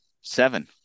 seven